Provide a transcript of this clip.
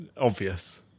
obvious